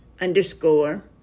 underscore